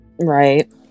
Right